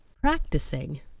practicing